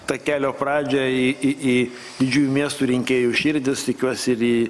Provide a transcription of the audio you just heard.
takelio pradžią į į į didžiųjų miestų rinkėjų širdis tikiuosi ir į